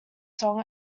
song